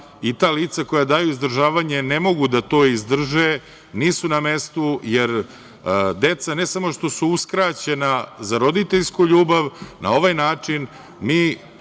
i ta lica koja daju izdržavanje ne mogu da to izdrže nisu na mestu, jer deca ne samo što su uskraćena za roditeljsku ljubav, na ovaj način mi